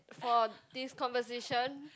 for this conversation